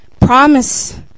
promise